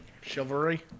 chivalry